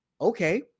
Okay